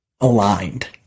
aligned